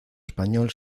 español